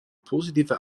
positive